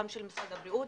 גם של משרד הבריאות